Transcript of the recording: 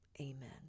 Amen